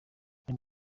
ari